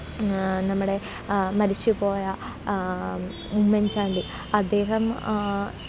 നമ്മുടെ മരിച്ചു പോയ ഉമ്മൻചാണ്ടി അദ്ദേഹം